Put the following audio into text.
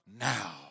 now